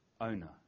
owner